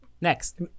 Next